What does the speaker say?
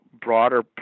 broader